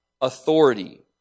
authority